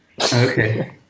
Okay